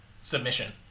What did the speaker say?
submission